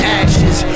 ashes